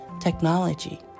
technology